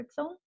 zone